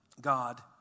God